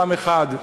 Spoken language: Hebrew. פעם אחת,